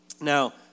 Now